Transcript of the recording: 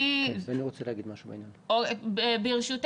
פרופ'